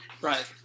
Right